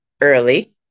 early